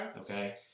Okay